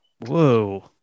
Whoa